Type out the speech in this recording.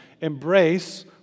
Embrace